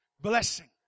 blessing